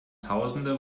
tausende